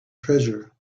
treasure